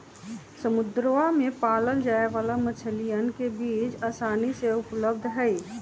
समुद्रवा में पाल्ल जाये वाला मछलीयन के बीज आसानी से उपलब्ध हई